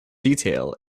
detail